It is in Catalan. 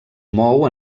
mou